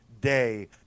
day